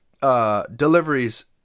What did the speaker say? Deliveries